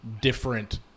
different